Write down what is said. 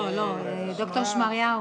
לא, ד"ר שמריהו.